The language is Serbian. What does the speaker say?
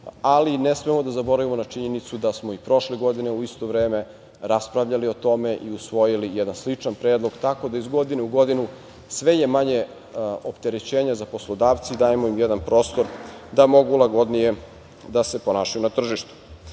ali ne smemo da zaboravimo na činjenicu da smo i prošle godine u isto vreme raspravljali o tome i usvojili jedan sličan predlog tako da iz godine u godinu sve je manje opterećenja za poslodavce i dajemo im jedan prostor da mogu lagodnije da se ponašaju na tržištu. Ovakve